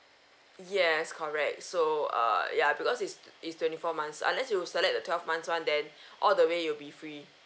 yes correct so err ya because is is twenty four months unless you select the twelve months [one] then all the way it'll be free